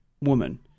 woman